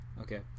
Okay